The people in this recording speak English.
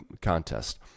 contest